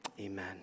amen